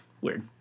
weird